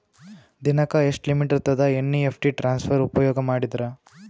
ದಿನಕ್ಕ ಎಷ್ಟ ಲಿಮಿಟ್ ಇರತದ ಎನ್.ಇ.ಎಫ್.ಟಿ ಟ್ರಾನ್ಸಫರ್ ಉಪಯೋಗ ಮಾಡಿದರ?